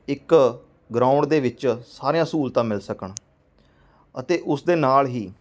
ਇੱਕ ਗਰਾਊਂਡ ਦੇ ਵਿੱਚ ਸਾਰੀਆਂ ਸਹੂਲਤਾਂ ਮਿਲ ਸਕਣ ਅਤੇ ਉਸ ਦੇ ਨਾਲ ਹੀ